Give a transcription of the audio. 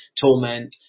torment